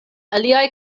aliaj